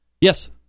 Yes